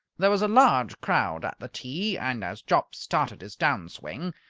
there was a large crowd at the tee, and, as jopp started his down-swing,